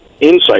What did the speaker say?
insight